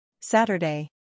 Saturday